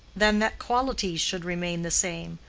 than that qualities should remain the same,